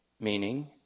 meaning